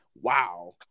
wow